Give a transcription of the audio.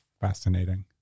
fascinating